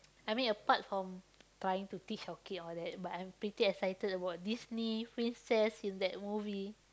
I mean apart from trying to teach our kid all that but I'm pretty excited about Disney princess in that movie